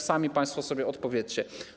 Sami państwo sobie odpowiedzcie.